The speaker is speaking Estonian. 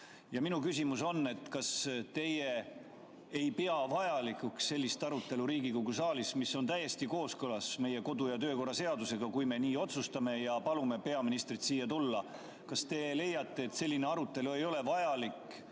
Minu küsimus on: kas teie ei pea vajalikuks sellist arutelu Riigikogu saalis, mis on täiesti kooskõlas meie kodu‑ ja töökorra seadusega, kui me nii otsustame ja palume peaministrit siia tulla? Kas te leiate, et selline arutelu ei ole vajalik?